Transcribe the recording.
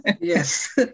Yes